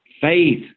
faith